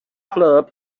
club